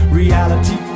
reality